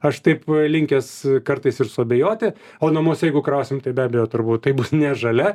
aš taip linkęs kartais ir suabejoti o namuose jeigu krausim tai be abejo turbūt tai bus ne žalia